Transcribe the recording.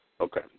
Okay